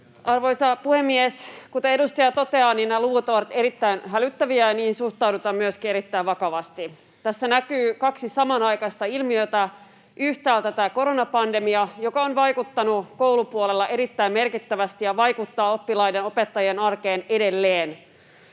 Arvoisa puhemies! Kuten edustaja toteaa, nämä luvut ovat erittäin hälyttäviä, ja niihin myöskin suhtaudutaan erittäin vakavasti. Tässä näkyy kaksi samanaikaista ilmiötä: Yhtäältä näkyy tämä koronapandemia, joka on vaikuttanut koulupuolella erittäin merkittävästi ja vaikuttaa oppilaiden ja opettajien arkeen edelleen.